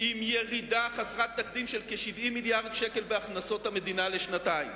עם ירידה חסרת תקדים של כ-70 מיליארד שקל בהכנסות המדינה לשנתיים,